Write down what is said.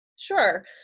Sure